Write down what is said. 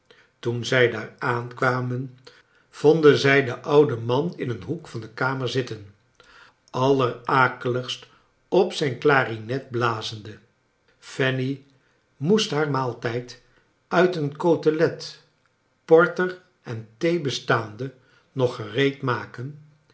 toen zij daar aankwamen vonden zij den ouden man in een hoek van de kamer zitten allerakeligst op zijn clarinet blazende fanny moest haar maaltijd nit een cotelet porter en thee bestaande nog gereedmaken